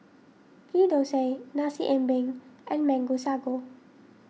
Ghee Thosai Nasi Ambeng and Mango Sago